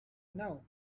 now